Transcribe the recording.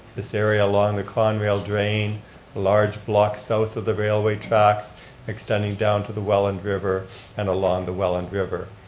this area along the con rail drain, a large block south of the railway tracks extending down to the welland river and along the welland river.